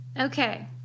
Okay